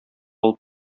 алып